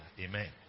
Amen